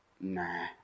Nah